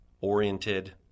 oriented